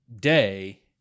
day